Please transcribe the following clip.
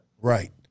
Right